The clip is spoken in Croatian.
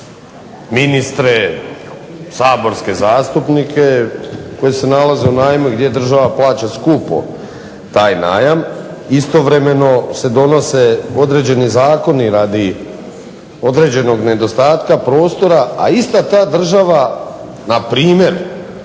ministre, saborske zastupnike koji se nalaze u najmu gdje država plaća skupo taj najam, istovremeno se donose određeni zakoni radi određenog nedostatka prostora, a ista ta država npr.